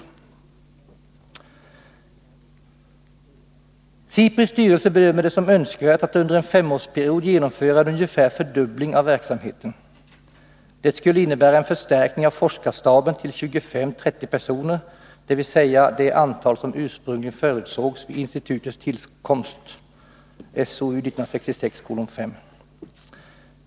Där står: ”SIPRI:s styrelse bedömer det som önskvärt att under en femårsperiod genomföra en ungefärlig fördubbling av verksamheten. Det skulle innebära en förstärkning av forskarstaben till 25-30 personer, dvs. det antal som ursprungligen förutsågs vid institutets tillkomst .